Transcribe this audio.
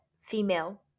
female